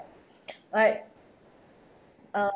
like uh